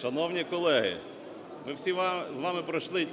Шановні колеги, ми всі з вами пройшли